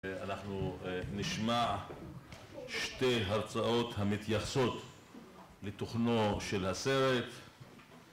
אנחנו נשמע שתי הרצאות המתייחסות לתוכנו של הסרט